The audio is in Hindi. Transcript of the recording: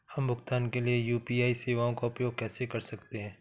हम भुगतान के लिए यू.पी.आई सेवाओं का उपयोग कैसे कर सकते हैं?